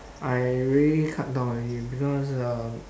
I really cut down already because uh